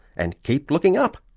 and keep looking up!